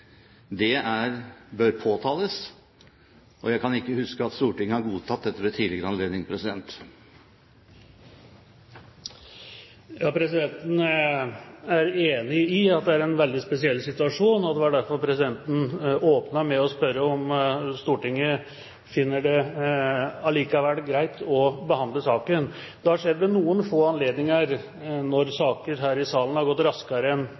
Det bør påtales. Jeg kan ikke huske at Stortinget har godtatt dette ved tidligere anledninger. Presidenten er enig i at det er en veldig spesiell situasjon, og det var derfor presidenten åpnet med å spørre om Stortinget likevel finner det greit å behandle saken. Det har skjedd ved noen få anledninger, når saker her i salen har gått raskere